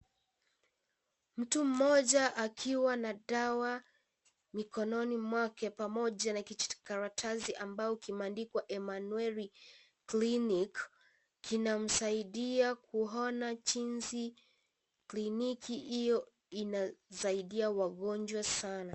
Mtu mmoja akiwa na dawa mikononi mwake pamoja na kijikaratasi ambao kimeandikwa Imanueli Clinic kina msaidia kuona jinsi kliniki hio inasaidia wagonjwa sana.